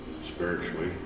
Spiritually